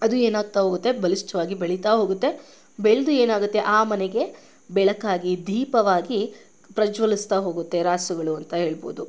ಅದು ಏನಾಗ್ತಾ ಹೋಗುತ್ತೆ ಬಲಿಷ್ಠವಾಗಿ ಬೆಳೀತಾ ಹೋಗುತ್ತೆ ಬೆಳೆದು ಏನಾಗುತ್ತೆ ಆ ಮನೆಗೆ ಬೆಳಕಾಗಿ ದೀಪವಾಗಿ ಪ್ರಜ್ವಲಿಸ್ತಾ ಹೋಗುತ್ತೆ ರಾಸುಗಳು ಅಂತ ಹೇಳ್ಬೋದು